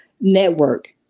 network